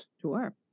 Sure